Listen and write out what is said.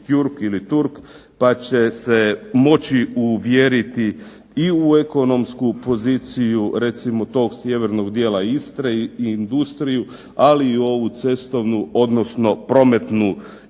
pa će se moći uvjeriti i u ekonomsku poziciju recimo tog sjevernog dijela Istre i industriju, ali i ovu cestovnu odnosno prometnu izolaciju